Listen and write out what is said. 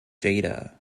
geta